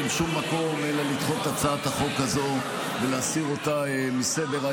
אין שום מקום אלא לדחות את הצעת החוק הזאת ולהסיר אותה מסדר-היום.